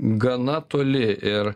gana toli ir